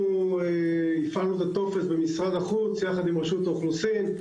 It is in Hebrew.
אנחנו הפעלנו את הטופס במשרד החוץ יחד עם רשות האוכלוסין.